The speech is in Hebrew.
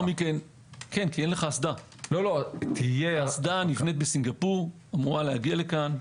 האסדה נבנית בסינגפור, אמורה להגיע לכאן.